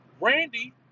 Randy